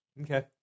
Okay